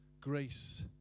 Grace